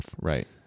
Right